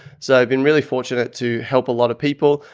so i've been really fortunate to help a lot of people.